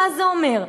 מה זה אומר,